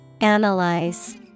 Analyze